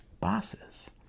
bosses